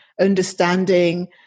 understanding